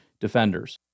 defenders